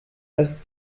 dass